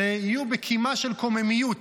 שיהיו בקימה של קוממיות,